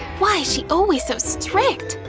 why's she always so strict?